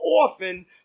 often